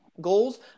goals